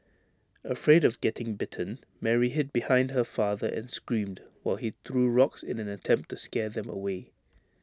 afraid of getting bitten Mary hid behind her father and screamed while he threw rocks in an attempt to scare them away